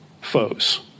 foes